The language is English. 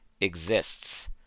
exists